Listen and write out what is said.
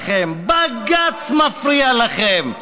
המשילות, התקשורת מפריעה לכם, בג"ץ מפריע לכם,